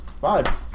five